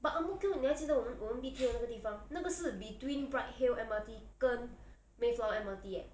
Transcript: but ang mo kio 你还记得我们我们 B_T_O 的那个地方那个是 between bright hill M_R_T 跟 mayflower M_R_T eh